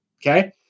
Okay